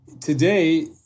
Today